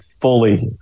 fully